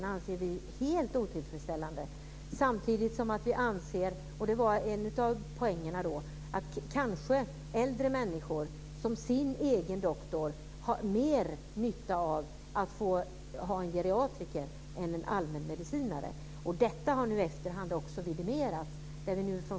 Det anser vi är helt otillfredsställande, samtidigt som vi anser - det var en av poängerna - att kanske äldre människor har mer nytta av att som sin egen doktor ha en geriatriker än en allmänmedicinare. Detta har nu i efterhand vidimerats.